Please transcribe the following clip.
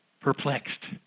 Perplexed